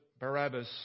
Barabbas